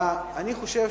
אני חושב,